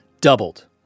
doubled